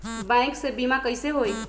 Bank से बिमा कईसे होई?